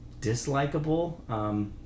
dislikable